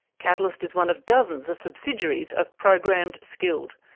catalyst is one of dozens of subsidiaries of programmed skilled,